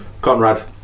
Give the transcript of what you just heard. Conrad